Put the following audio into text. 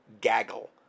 gaggle